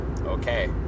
okay